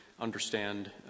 understand